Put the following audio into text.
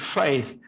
faith